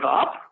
up